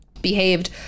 behaved